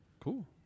Cool